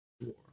war